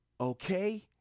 Okay